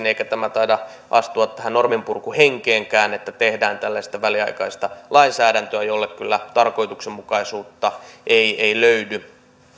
eikä tämä taida istua tähän norminpurkuhenkeenkään että tehdään tällaista väliaikaista lainsäädäntöä jolle kyllä tarkoituksenmukaisuutta ei ei löydy